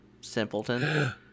Simpleton